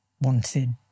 wanted